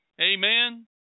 Amen